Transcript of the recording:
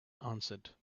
answered